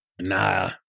Nah